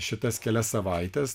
šitas kelias savaites